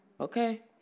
Okay